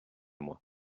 moi